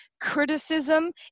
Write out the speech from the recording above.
criticism